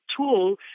tool